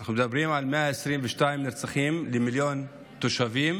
אנחנו מדברים על 122 נרצחים למיליון תושבים